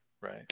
Right